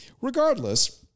Regardless